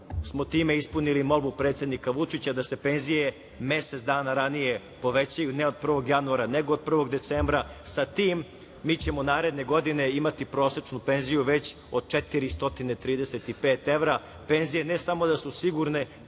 smo time ispunili molbu predsednika Vučića da se penzije mesec dana ranije povećaju, ne od 1. januara, nego od 1. decembra. Sa tim mi ćemo naredne godine imati prosečnu penziju već od 435 evra. Penzije ne samo da su sigurne,